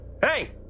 Hey